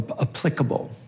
applicable